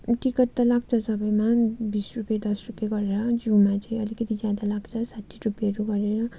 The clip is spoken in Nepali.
टिकट त लाग्छ सबैमा बिस रुपियाँ दस रुपियाँ गरेर जुमा चाहिँ अलिकति ज्यादा लाग्छ साठी रुपियाँहरू गरेर